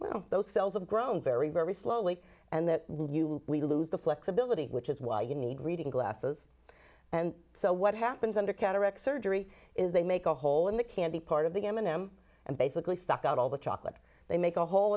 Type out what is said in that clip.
forty those cells of grown very very slowly and we lose the flexibility which is why you need reading glasses and so what happens under cataract surgery is they make a hole in the candy part of the m and m and basically stuck out all the chocolate they make a hole